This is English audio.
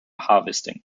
harvesting